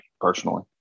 personally